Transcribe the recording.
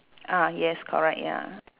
ah yes correct ya